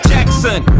Jackson